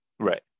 Right